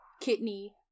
kidney